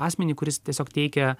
asmenį kuris tiesiog teikia